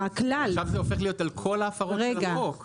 עכשיו זה הופך להיות על כל ההפרות של החוק,